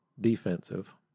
defensive